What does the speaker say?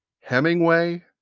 Hemingway